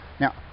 Now